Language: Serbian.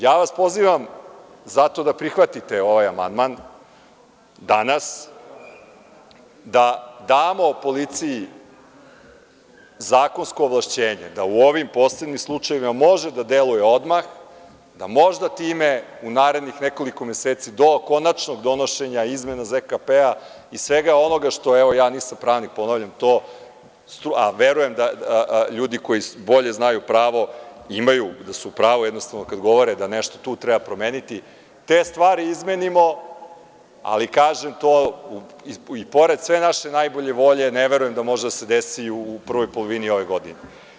Ja vas pozivam zato da prihvatite ovaj amandman danas, da damo policiji zakonsko ovlašćenje da u ovom posebnim slučajevima može da deluje odmah, da možda time u narednih nekoliko meseci do konačnog donošenja i izmena ZKP i svega onoga što, evo, ja nisam pravnik, ponavljam to, a verujem da ljudi koji bolje znaju pravo imaju da su u pravu jednostavno kada govore da nešto tu treba promeniti, te stvari izmenimo, ali kažem to, i pored sve naše najbolje volje, ne verujem da može da se desi u prvoj polovini ove godine.